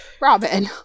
Robin